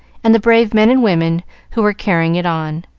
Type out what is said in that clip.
and the brave men and women who were carrying it on.